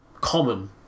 common